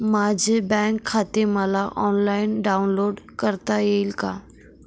माझे बँक खाते मला ऑनलाईन डाउनलोड करता येईल का?